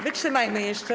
Wytrzymajmy jeszcze.